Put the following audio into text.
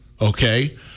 Okay